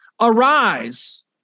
Arise